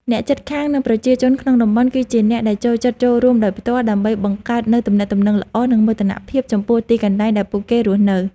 អ្នកជិតខាង និងប្រជាជនក្នុងតំបន់ គឺជាអ្នកដែលចូលចិត្តចូលរួមដោយផ្ទាល់ ដើម្បីបង្កើតនូវទំនាក់ទំនងល្អ និងមោទនភាពចំពោះទីកន្លែងដែលពួកគេរស់នៅ។